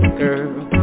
girl